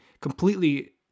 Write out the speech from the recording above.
completely